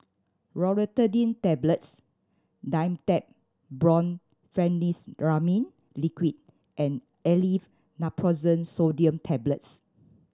Loratadine Tablets Dimetapp Brompheniramine Liquid and Aleve Naproxen Sodium Tablets